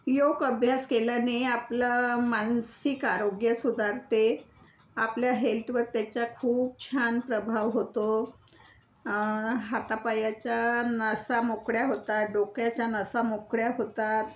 योग अभ्यास केल्याने आपलं मानसिक आरोग्य सुधारते आपल्या हेल्थवर त्याचा खूप छान प्रभाव होतो हातापायाच्या नासा मोकळ्या होतात डोक्याच्या नसा मोकळ्या होतात